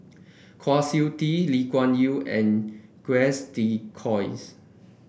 Kwa Siew Tee Lee Kuan Yew and Jacques de Coins